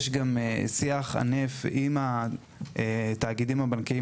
יש גם שיח ענף עם התאגידים הבנקאיים